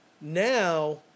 now